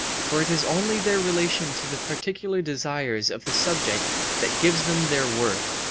for it is only their relation to the particular desires of the subject that gives them their worth,